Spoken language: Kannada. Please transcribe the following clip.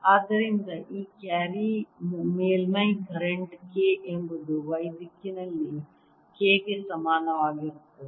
ಆದ್ದರಿಂದ ಈ ಕ್ಯಾರಿ ಮೇಲ್ಮೈ ಕರೆಂಟ್ K ಎಂಬುದು Y ದಿಕ್ಕಿನಲ್ಲಿ K ಗೆ ಸಮಾನವಾಗಿರುತ್ತದೆ